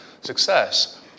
success